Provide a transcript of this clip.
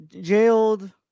jailed